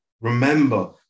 remember